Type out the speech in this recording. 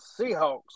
Seahawks